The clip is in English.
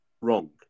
wrong